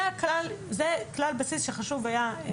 זה כלל בסיס שחשוב היה להגיד אותו.